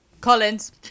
Collins